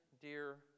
dear